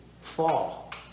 fall